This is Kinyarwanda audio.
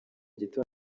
gito